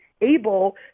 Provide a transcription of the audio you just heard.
able